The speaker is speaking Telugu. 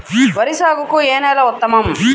వరి సాగుకు ఏ నేల ఉత్తమం?